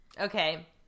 Okay